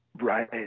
right